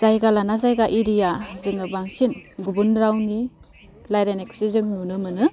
जायगा लाना जायगा एरिया जोङो बांसिन गुबुन रावनि रायज्लायनायखौसो जों नुनो मोनो